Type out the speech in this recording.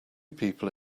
people